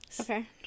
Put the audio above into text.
Okay